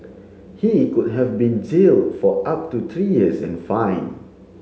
he could have been jail for up to three years and fine